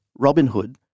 Robinhood